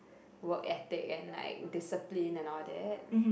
work ethic and like discipline and all that